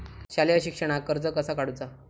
शालेय शिक्षणाक कर्ज कसा काढूचा?